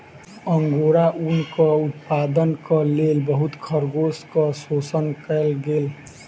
angora ऊनक उत्पादनक लेल बहुत खरगोशक शोषण कएल गेल